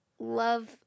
love